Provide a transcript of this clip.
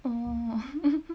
mm